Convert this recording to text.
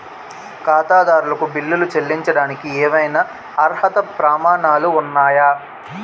ఖాతాదారులకు బిల్లులు చెల్లించడానికి ఏవైనా అర్హత ప్రమాణాలు ఉన్నాయా?